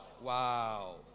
wow